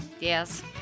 Yes